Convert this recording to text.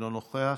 אינו נוכח,